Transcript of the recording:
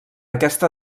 aquesta